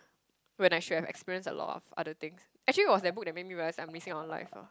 when I should have experienced a lot of other things actually it was that book made me realise I'm missing out on life ah